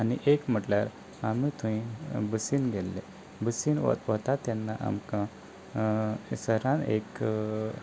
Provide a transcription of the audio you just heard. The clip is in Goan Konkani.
आनी एक म्हटल्यार आमी थंय बसीन गेल्लीं बसीन वता तेन्ना आमकां सरान एक